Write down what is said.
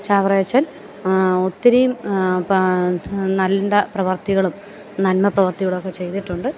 ചാവറയച്ചൻ ഒത്തിരി നല്ല പ്രവർത്തികളും നന്മ പ്രവർത്തികളൊക്കെ ചെയ്തിട്ടുണ്ട്